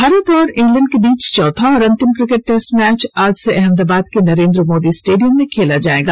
भारत और इंग्लैंड के बीच चौथा और अंतिम क्रिकेट टेस्ट मैच आज से अहमदाबाद के नरेन्द्र मोदी स्टेडियम में खेला जाएगा